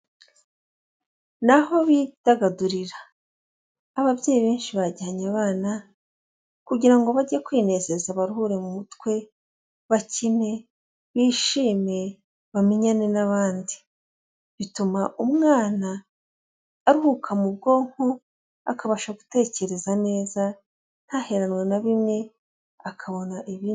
Ni aho bidagadurira ababyeyi benshi bajyanye abana kugirango bajye kwinezeza bahure mu mutwe, bakine, bishime, bamenyane n'abandi. Bituma umwana aruhuka mu bwonko, akabasha gutekereza neza ntaheranwa na bimwe akabona ibindi.